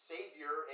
Savior